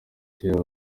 kubera